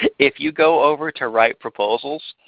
if you go over to write proposals,